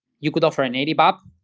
you could offer a native app,